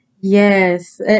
Yes